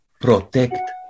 protect